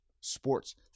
sports